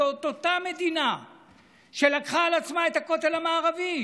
זאת אותה מדינה שלקחה על עצמה את הכותל המערבי,